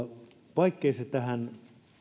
vaikkei se tähän